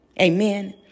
Amen